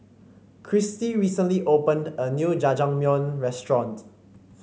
Cristy recently opened a new Jajangmyeon Restaurant